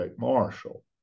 Marshall